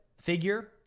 figure